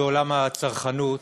בעולם הצרכנות.